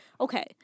Okay